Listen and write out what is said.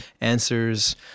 answers